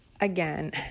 again